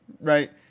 right